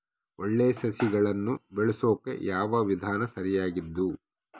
ಒಳ್ಳೆ ಸಸಿಗಳನ್ನು ಬೆಳೆಸೊಕೆ ಯಾವ ವಿಧಾನ ಸರಿಯಾಗಿದ್ದು?